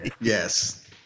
Yes